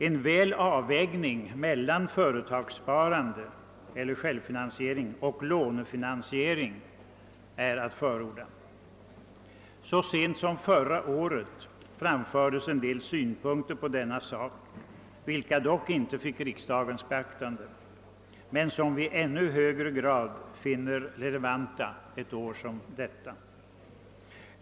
En god avvägning mellan företagssparande eller självfinansiering och lånefinansiering är att förorda. Så sent som förra året framfördes en hel del synpunkter på denna sak, vilka dock inte vann riksdagens beaktande men som vi i ännu högre grad finner relevanta i år.